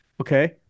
Okay